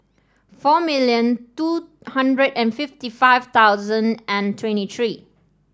four million two hundred and fifty five thousand twenty three